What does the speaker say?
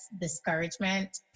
discouragement